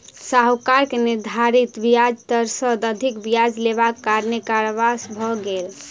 साहूकार के निर्धारित ब्याज दर सॅ अधिक ब्याज लेबाक कारणेँ कारावास भ गेल